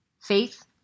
Faith